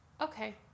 okay